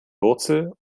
wurzel